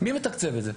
מי מתקצב את זה?